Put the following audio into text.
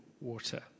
water